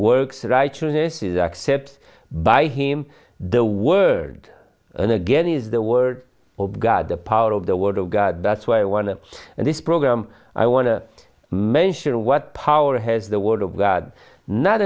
is accept by him the word and again is the word of god the power of the word of god that's why i want to and this program i want to mention what power has the word of god not